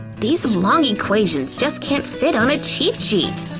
these long equations just can't fit on a cheat sheet!